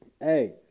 Hey